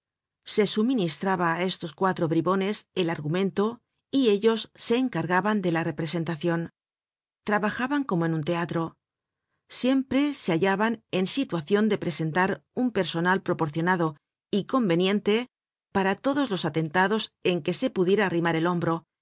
se suministraba á estos cuatro bribones el argumento y ellos se encargaban de la representacion trabajaban como en un teatro siempre se hallaban en situacion de presentar un personal proporcionado y conveniente para todos los atentados en que se pudiera arrimar el hombro